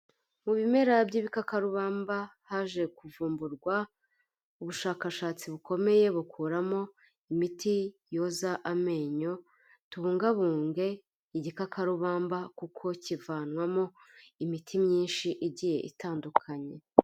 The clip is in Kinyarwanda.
Mu bimera by'ibikakarubamba haje kuvumburwa ubushakashatsi bukomeye bukuramo imiti yoza amenyo, tubungabunge igikakarubamba kuko kivanwamo imiti myinshi igiye itandukanye.